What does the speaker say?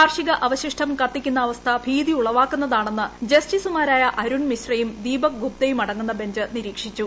കാർഷിക അവശിഷ്ടം കത്തിക്കുന്ന അവസ്ഥ ഭീതിയുളവാക്കുന്നതാണെന്ന് ജസ്റ്റീസുമാരായ അരുൺ മിശ്രയും ദീപക് ഗുപ്തയും അടങ്ങുന്ന ബെഞ്ച് നിരീക്ഷിച്ചു